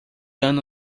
ano